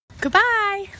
Goodbye